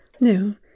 No